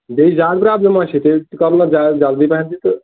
بیٚیہِ زیادٕ پرابلِم ما چھِ تیٚلہِ چھُ کرُن یتھ جلدی پہم تہِ